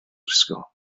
ysgol